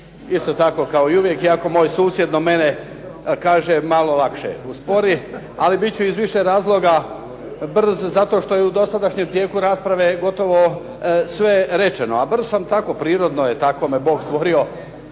isto tako kao i uvijek, iako moj susjed do mene kaže malo lakše, uspori, ali bit ću iz više razloga brz zato što je u dosadašnjem tijeku rasprave gotovo sve rečeno. A brz sam tako prirodno, tako me Bog stvorio